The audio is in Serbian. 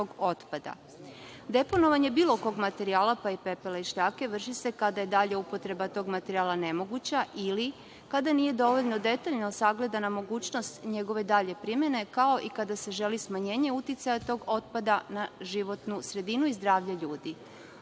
otpada. Deponovanje bilo kog materijala, pa i pepela i šljake, vrši se kada je dalja upotreba toga materijala nemoguća ili kada nije dovoljno detaljno sagledana mogućnost njegove dalje primene, kao i kada se želi smanjenje uticaja tog otpada na životnu sredinu i zdravlje ljudi.